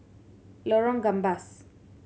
Lorong Gambas